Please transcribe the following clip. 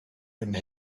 and